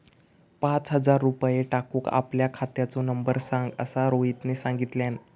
पाच हजार रुपये टाकूक आपल्या खात्याचो नंबर सांग असा रोहितने सांगितल्यान